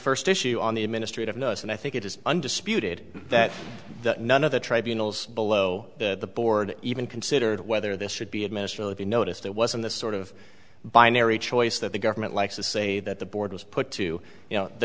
first issue on the administrative notes and i think it is undisputed that none of the tribunals below the board even considered whether this should be administratively noticed it wasn't the sort of binary choice that the government likes to say that the board was put to you know the